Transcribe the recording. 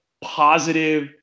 positive